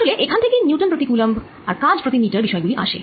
আসলে এখান থেকেই নিউটন প্রতি কুলম্ব আর কাজ প্রতি মিটার বিষয় গুলি আসে